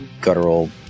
guttural